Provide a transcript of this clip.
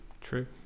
True